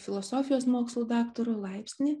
filosofijos mokslų daktaro laipsnį